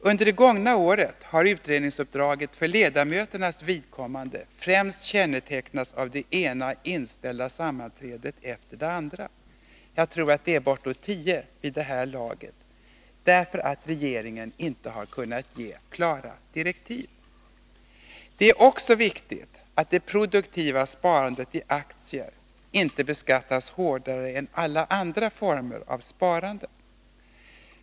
Under det gångna året har utredningsuppdraget för ledamöternas vidkommande främst kännetecknats av det ena inställda sammanträdet efter det andra — jag tror att det är bortåt tio vid det här laget — därför att regerigen inte kunnat ge klara direktiv. Det är också viktigt att det produktiva sparandet i aktier inte beskattas hårdare än alla andra former av sparande.